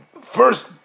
first